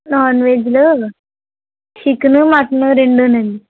non వెజ్లో chicken mutton రెండూ నండి